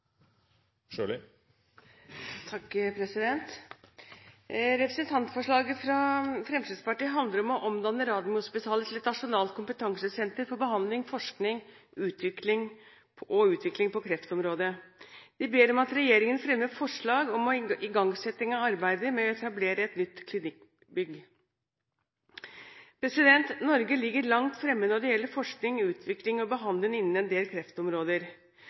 anses vedtatt. Representantforslaget fra Fremskrittspartiet handler om å omdanne Radiumhospitalet til et nasjonalt kompetansesenter for behandling, forskning og utvikling på kreftområdet. De ber om at regjeringen fremmer forslag om igangsetting av arbeidet med å etablere et nytt klinikkbygg. Norge ligger langt fremme når det gjelder forskning, utvikling og behandling innen en del kreftområder.